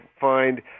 find